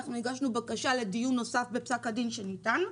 אנחנו הגשנו בקשה לדיון נוסף בפסק הדין שניתן,